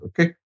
Okay